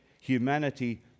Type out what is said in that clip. humanity